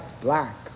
black